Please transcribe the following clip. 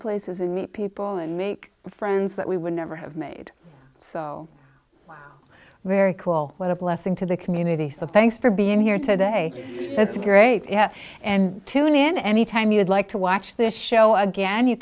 places and meet people and make friends that we would never have made so very cool what a blessing to the community suffice for being here today that's great yeah and tune in any time you'd like to watch this show again you